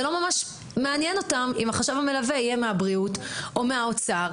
זה לא ממש מעניין אם החשב המלווה יהיה מהבריאות או מהאוצר.